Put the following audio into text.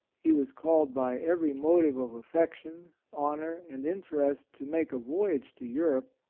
he was called by every mo tive of affection, honor and interest to make a voyage to europe,